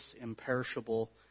imperishable